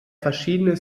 verschiedene